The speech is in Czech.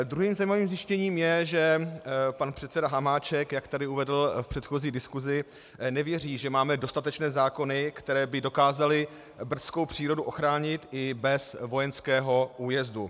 Druhým zajímavým zjištěním je, že pan předseda Hamáček, jak tu uvedl v předchozí diskusi, nevěří, že máme dostatečné zákony, které by dokázaly brdskou přírodu ochránit i bez vojenského újezdu.